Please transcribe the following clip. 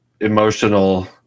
emotional